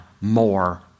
more